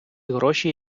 гроші